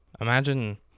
Imagine